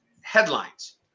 headlines